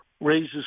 raises